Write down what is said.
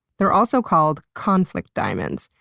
they're also called conflict diamonds,